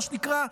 מה שנקרא,